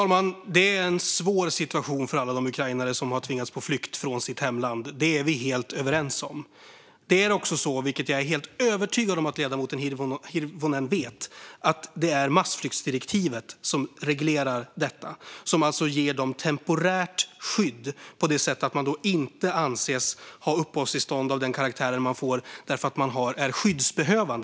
Herr talman! Det är en svår situation för alla ukrainare som har tvingats på flykt från sitt hemland. Det är vi helt överens om. Men det är, vilket jag är helt övertygad om att ledamoten Hirvonen vet, massflyktsdirektivet som reglerar detta och alltså ger ett temporärt skydd. Ukrainarna anses inte behöva uppehållstillstånd av den karaktär som man får därför att man är skyddsbehövande.